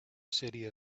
city